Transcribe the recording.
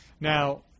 now